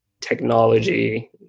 technology